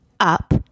Up